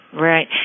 Right